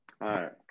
right